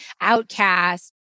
outcast